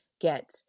get